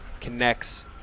connects